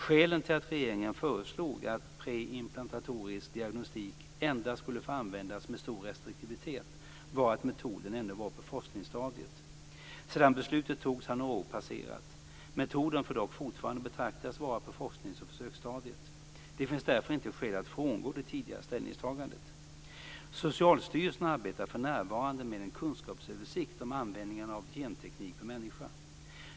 Skälen till att regeringen föreslog att preimplantatorisk diagnostik endast skulle få användas med stor restriktivitet var att metoden ännu var på forskningsstadiet. Sedan beslutet togs har några år passerat. Metoden får dock fortfarande betraktas vara på forsknings och försöksstadiet. Det finns därför inte skäl att frångå det tidigare ställningstagandet. Socialstyrelsen arbetar för närvarande med en kunskapsöversikt om användning av genteknik på människa.